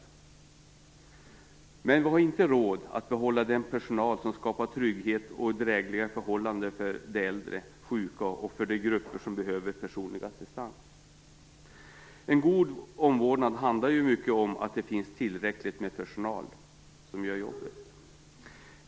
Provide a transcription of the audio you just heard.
Men vi har inte råd att behålla den personal som skapar trygghet och drägliga förhållanden för de äldre, de sjuka och för de grupper som behöver personlig assistans! En god omvårdnad handlar ju i mycket om att det finns tillräckligt med personal som gör jobbet.